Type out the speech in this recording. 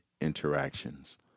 interactions